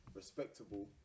respectable